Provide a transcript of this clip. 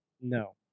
No